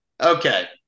okay